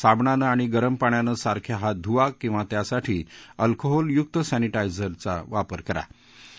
साबणानं आणि पाण्यानं सारखे हात धुवा किवा त्यासाठी अल्कोहोलयुक्त सॅनिटाइझर वापर करावा